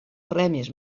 remis